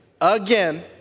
again